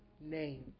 name